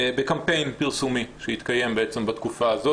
בקמפיין פרסומי שהתקיים בעצם בתקופה הזאת